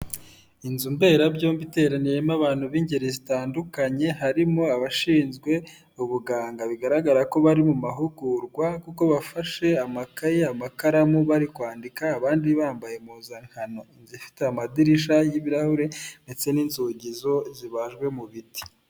Inzu mberabyombi iteraniyemo abantu b'ingeri zitandukanye, harimo abashinzwe ubuganga, bigaragara ko bari mu mahugurwa kuko bafashe amakaye, amakaramu, bari kwandika abandi bambaye impuzankano, inzu ifite amadirisha y'ibirahure ndetse n'inzugizo zibajwe mu biti.